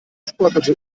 stolperte